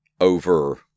over